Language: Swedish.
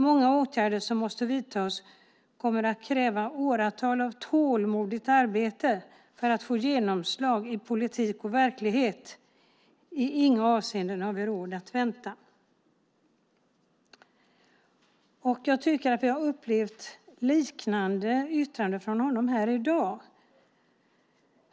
Många åtgärder som måste vidtas kommer att kräva åratal av tålmodigt arbete för att få genomslag i politik och verklighet. I inga avseenden har vi råd att vänta." Jag tycker att vi har upplevt liknande yttranden från honom här i dag.